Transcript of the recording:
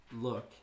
look